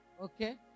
Okay